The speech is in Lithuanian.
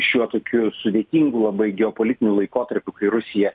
šiuo tokiu sudėtingu labai geopolitiniu laikotarpiu kai rusija